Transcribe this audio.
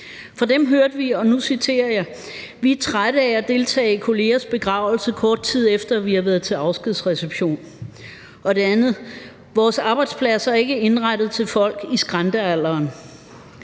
Fra dem hørte vi, og nu citerer jeg: Vi er trætte af at deltage i kollegers begravelse, kort tid efter at vi har været til afskedsreception. Og det andet citat er: Vores arbejdspladser er ikke indrettet til folk i skrantealderen.